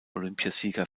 olympiasieger